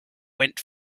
went